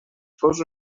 fos